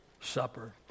supper